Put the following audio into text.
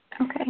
Okay